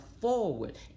forward